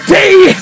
day